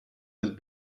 with